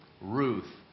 Ruth